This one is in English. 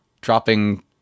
dropping